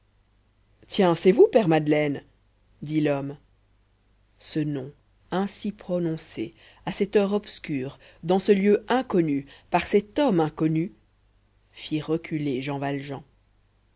tiens c'est vous père madeleine dit l'homme ce nom ainsi prononcé à cette heure obscure dans ce lieu inconnu par cet homme inconnu fit reculer jean valjean